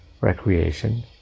recreation